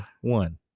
one